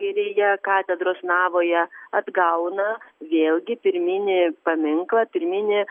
kairėje katedros navoje atgauna vėlgi pirminį paminklo pirminį